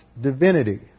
divinity